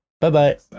Bye-bye